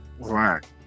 Right